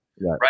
right